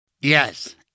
Yes